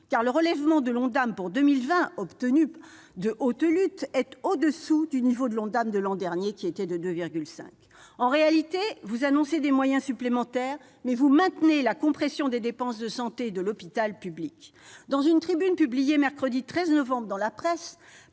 car le relèvement de l'Ondam pour 2020, obtenu de haute lutte, est au-dessous du niveau de l'Ondam de l'an dernier, qui était de 2,5 %. Vous annoncez des moyens supplémentaires, mais vous maintenez la compression des dépenses de santé de l'hôpital public. Dans une tribune publiée mercredi 13 novembre dans la presse,